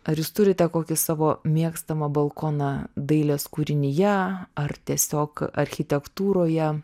ar jūs turite kokį savo mėgstamą balkoną dailės kūrinyje ar tiesiog architektūroje